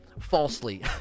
Falsely